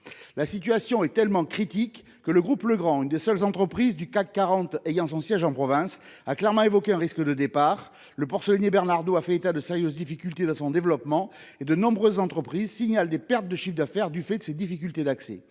La situation est tellement critique que le groupe Legrand- l'une des seules entreprises du CAC 40 ayant son siège en province -a clairement évoqué un risque de départ. Le porcelainier Bernardaud a fait état de sérieuses difficultés dans son développement et de nombreuses entreprises signalent des pertes de chiffre d'affaires du fait de ces difficultés d'accès.